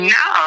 no